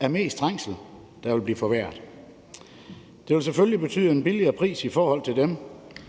er mest trængsel. Det vil selvfølgelig betyde en billigere pris for dem,